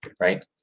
right